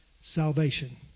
salvation